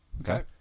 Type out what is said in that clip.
Okay